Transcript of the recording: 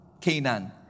Canaan